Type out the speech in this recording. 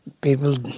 people